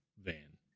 van